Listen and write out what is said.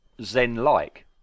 zen-like